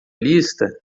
lista